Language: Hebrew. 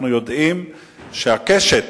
אנחנו יודעים שהקשת